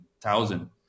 thousand